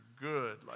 good